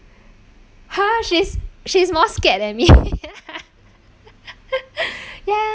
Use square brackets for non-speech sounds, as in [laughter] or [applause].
ha she's she's more scared than me [laughs]